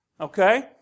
okay